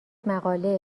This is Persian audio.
مقاله